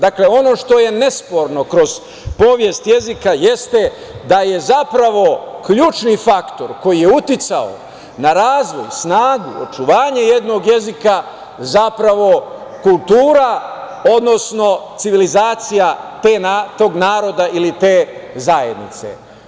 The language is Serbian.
Dakle, ono što je nesporno kroz povest jezika jeste da je zapravo ključni faktor koji je uticao na razvoj, snagu, očuvanje jednog jezika, zapravo kultura, odnosno civilizacija tog naroda ili te zajednice.